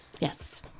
Yes